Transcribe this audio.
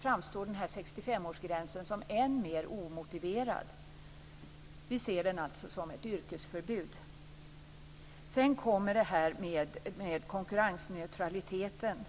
framstår 65-årsgränsen som ännu mera omotiverad. Vi ser den alltså som ett yrkesförbud. Sedan har vi detta med konkurrensneutraliteten.